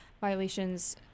violations